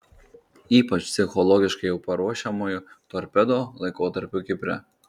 ypač psichologiškai jau paruošiamuoju torpedo laikotarpiu kipre